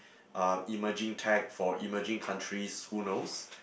uh emerging tech for emerging countries who knows